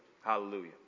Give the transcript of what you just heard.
Hallelujah